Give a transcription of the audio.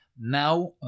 Now